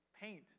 paint